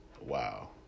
wow